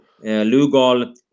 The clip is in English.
Lugal